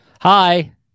Hi